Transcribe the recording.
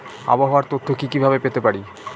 আবহাওয়ার তথ্য কি কি ভাবে পেতে পারি?